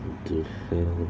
the hell